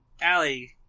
Allie